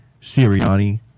Sirianni